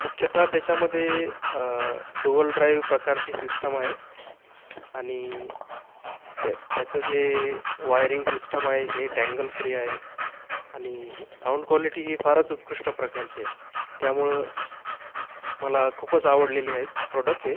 मुख्यतः त्याच्यामध्ये dual drive प्रकारची सिस्टम आहे आणि त्याचं जे वायरिंग सिस्टम आहे हे टॅंगल फ्री आहे आणि साऊंड क्वालिटी ही फारच उत्कृष्ट प्रकारची आहे त्यामुळे मला खूपच आवडलेले आहेत प्रॉडक्ट हे